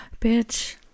Bitch